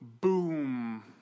Boom